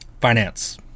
finance